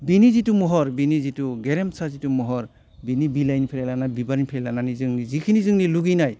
बिनि जिथु महर बिनि जिथु गेरेमसा जिथु महर बिनि बिलाइनिफ्राय लानानै बिबारनिफ्राय लानानै जोंनि जिखिनि जोंनि लुगैनाय